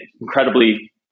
incredibly